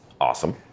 Awesome